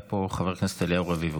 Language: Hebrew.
היה פה חבר הכנסת אליהו רביבו.